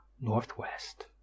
Northwest